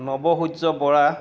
Nabasurya Bora